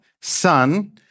Son